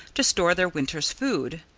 to store their winter's food.